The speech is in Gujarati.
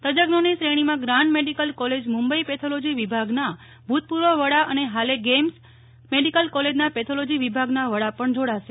તજશોની શ્રેણીમાં ગ્રાંડ મેડીકલ કોલેજમુંબઈ પેથોલોજી વિભાગનાં ભૂતપૂર્વ વડા અને હાલે ગેઈમ્સ મેડીકલ કોલેજના પેથોલોજી વિભાગનાં વડા પણ જોડાશે